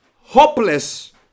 hopeless